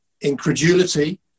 incredulity